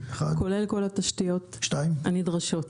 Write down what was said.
כולל כל התשתיות הנדרשות.